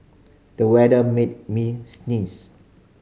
the weather made me sneeze